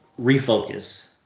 refocus